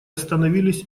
остановились